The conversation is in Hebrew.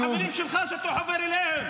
החברים שלך שאתה חובר אליהם.